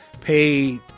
pay